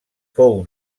fou